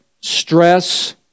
stress